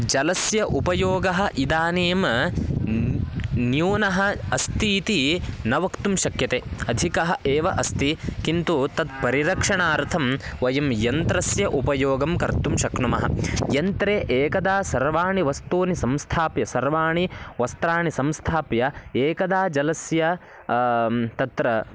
जलस्य उपयोगः इदानीं न् न्यूनः अस्ति इति न वक्तुं शक्यते अधिकः एव अस्ति किन्तु तत् परिरक्षणार्थं वयं यन्त्रस्य उपयोगं कर्तुं शक्नुमः यन्त्रे एकदा सर्वाणि वस्तूनि संस्थाप्य सर्वाणि वस्त्राणि संस्थाप्य एकदा जलस्य तत्र